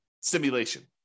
simulation